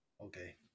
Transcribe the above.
Okay